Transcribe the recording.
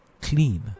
clean